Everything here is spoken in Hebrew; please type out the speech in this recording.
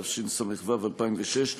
התשס"ו 2006,